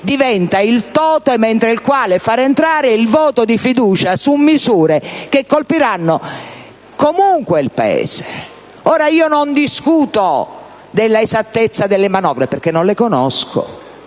diventa il *totem* entro il quale far entrare il voto di fiducia su misure che colpiranno comunque il Paese. Ora non discuto dell'esattezza delle manovre perché non le conosco,